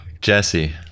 Jesse